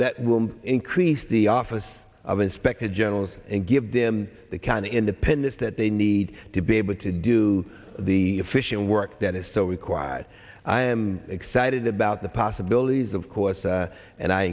that will increase the office of inspector generals and give them the kind of independence that they need to be able to do the fishing work that is so required i am excited about the possibilities of course and i